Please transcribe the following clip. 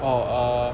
oh ah